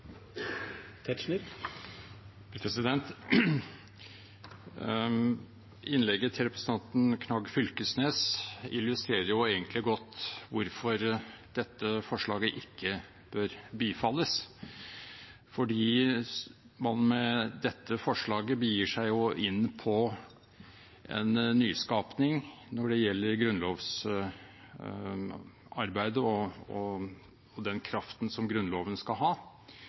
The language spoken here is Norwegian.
Knag Fylkesnes illustrerer egentlig godt hvorfor dette forslaget ikke bør bifalles, for med dette forslaget begir man seg inn på en nyskapning når det gjelder grunnlovsarbeid og den kraften som Grunnloven skal ha.